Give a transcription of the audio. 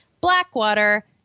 Blackwater